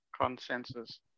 Consensus